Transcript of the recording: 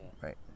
right